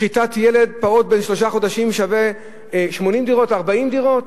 שחיטת ילד פעוט בן שלושה חודשים שווה 80 דירות או 40 דירות?